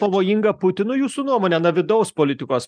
pavojinga putinui jūsų nuomone na vidaus politikos